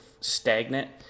stagnant